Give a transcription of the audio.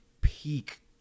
peak